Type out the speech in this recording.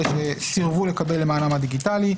אלה שסירבו לקבל למענם הדיגיטלי,